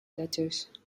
letters